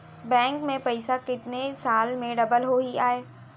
Bank में पइसा कितने साल में डबल होही आय?